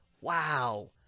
Wow